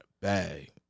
bag